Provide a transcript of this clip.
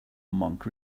monk